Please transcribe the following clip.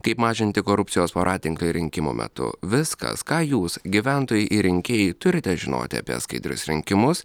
kaip mažinti korupcijos voratinklį rinkimų metu viskas ką jūs gyventojai ir rinkėjai turite žinoti apie skaidrius rinkimus